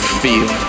feel